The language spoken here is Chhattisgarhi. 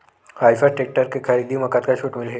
आइसर टेक्टर के खरीदी म कतका छूट मिलही?